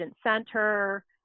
center